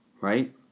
right